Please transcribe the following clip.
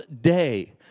Day